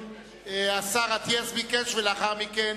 השר אטיאס ביקש, ולאחר מכן